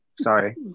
Sorry